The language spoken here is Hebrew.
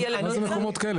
מה זה מקומות כאלה?